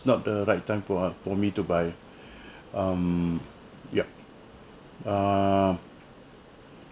not the right time for uh me to buy um yup uh